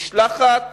משלחת